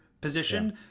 position